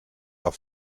auf